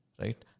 right